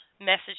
message